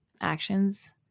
actions